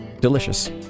delicious